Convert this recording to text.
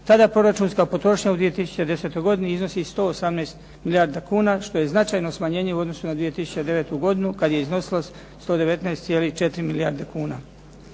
tada proračunska potrošnja u 2010. godini iznosi 118 milijardi kuna što je značajno smanjenje u odnosu na 2009. godinu kad je iznosila 119,4 milijarde kuna.